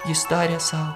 jis tarė sau